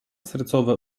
sercowe